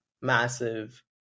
massive